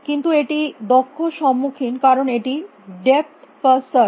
কিন্তু এটি দক্ষ সম্মুখীন কারণ এটি ডেপথ ফার্স্ট সার্চ